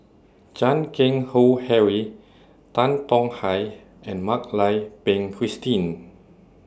Chan Keng Howe Harry Tan Tong Hye and Mak Lai Peng Christine